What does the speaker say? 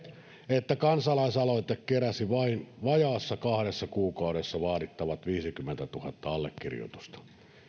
että kansalaisaloite keräsi vain vajaassa kahdessa kuukaudessa vaadittavat viisikymmentätuhatta allekirjoitusta